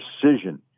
precision